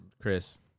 Chris